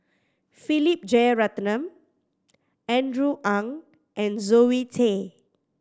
Philip Jeyaretnam Andrew Ang and Zoe Tay